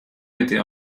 était